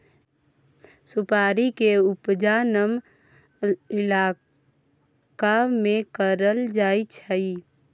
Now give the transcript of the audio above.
सुपारी के उपजा नम इलाका में करल जाइ छइ